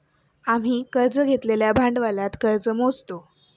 आम्ही कर्ज घेतलेल्या भांडवलात कर्ज मोजतो